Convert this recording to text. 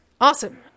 Awesome